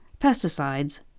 pesticides